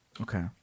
okay